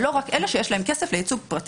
ולא רק אלה שיש להן כסף לייצוג פרטי.